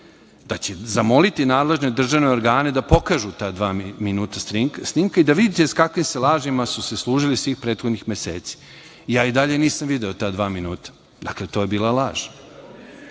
da će zamoliti nadležne državne organe da pokažu ta dva minuta snimka i da vidite sa kakvim su se lažima služili svih prethodnih meseci. Ja i dalje nisam video ta dva minuta. Dakle, to je bila